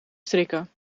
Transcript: strikken